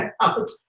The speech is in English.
out